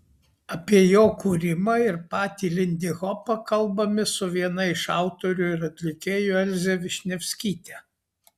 apie jo kūrimą ir patį lindihopą kalbamės su viena iš autorių ir atlikėjų elze višnevskyte